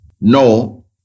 No